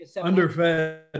underfed